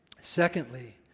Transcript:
Secondly